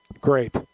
Great